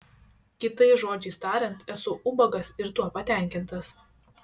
kitais žodžiais tariant esu ubagas ir tuo patenkintas